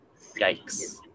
Yikes